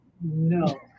No